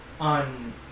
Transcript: on